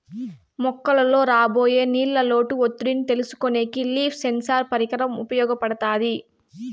మొక్కలలో రాబోయే నీళ్ళ లోటు ఒత్తిడిని తెలుసుకొనేకి లీఫ్ సెన్సార్ పరికరం ఉపయోగపడుతాది